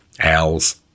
owls